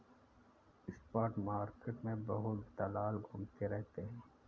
spot market में बहुत दलाल घूमते रहते हैं